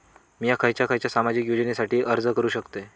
मी खयच्या खयच्या सामाजिक योजनेसाठी अर्ज करू शकतय?